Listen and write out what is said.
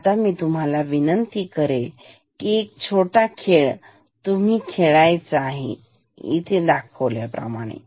आता मी तुम्हाला विनंती करेल की एक छोटा खेळ तुम्ही खेळायचा आहे दाखवल्याप्रमाणे